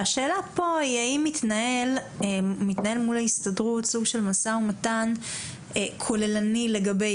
והשאלה פה היא האם מתנהל מול ההסתדרות סוג של משא ומתן כוללני לגבי